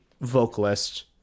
vocalist